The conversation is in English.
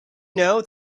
know